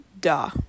Duh